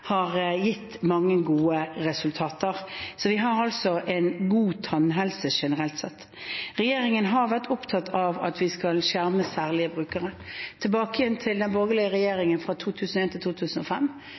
altså en god tannhelse generelt sett. Regjeringen har vært opptatt av at vi skal skjerme særlige brukere. Et av de store grepene som daværende helseminister Ansgar Gabrielsen gjorde, tilbake til den borgerlige